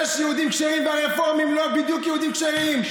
יש יהודים כשרים והרפורמים לא בדיוק יהודים כשרים.